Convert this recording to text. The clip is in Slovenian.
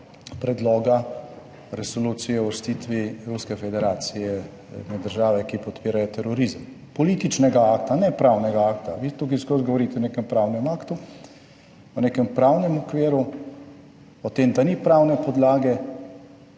predloga resolucije o uvrstitvi Ruske federacije, države, ki podpirajo terorizem, političnega akta, ne pravnega akta. Vi tukaj skozi govorite o nekem pravnem aktu, o nekem pravnem okviru, o tem, da ni pravne podlage.